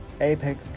Apex